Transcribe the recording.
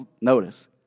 notice